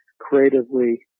creatively